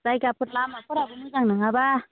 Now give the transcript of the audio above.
जायगाफोर लामाफोराबो मोजां नङाब्ला